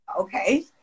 Okay